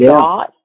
God